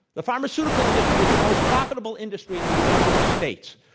the pharmaceutical industry is the most profitable industry in the united states.